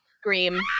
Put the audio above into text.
scream